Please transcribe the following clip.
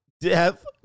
death